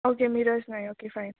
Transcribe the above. okay Miraj नाय okay fine